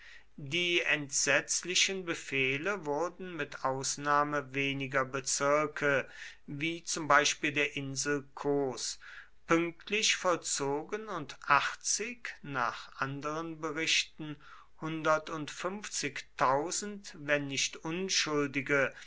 die entsetzlichen befehle wurden mit ausnahme weniger bezirke wie zum beispiel der insel kos pünktlich vollzogen und achtzig nach anderen berichten hundertundfünfzigtausend wenn nicht unschuldige